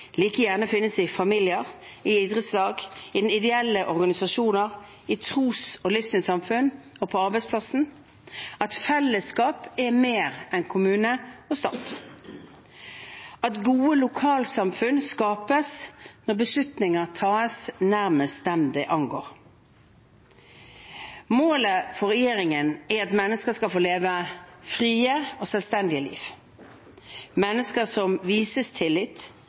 like gjerne finnes i familier, i idrettslag, i ideelle organisasjoner, i tros- og livssynssamfunn og på arbeidsplassen, at fellesskap er mer enn kommune og stat gode lokalsamfunn skapes når beslutninger tas nærmest dem de angår Målet for regjeringen er at mennesker skal få leve frie og selvstendige liv. Mennesker som vises tillit,